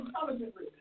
intelligently